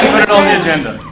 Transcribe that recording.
it on the agenda.